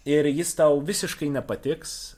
ir jis tau visiškai nepatiks